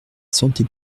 santé